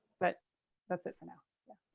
but that's it for now. yeah